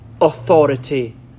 authority